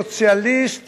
סוציאליסט,